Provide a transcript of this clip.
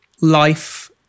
life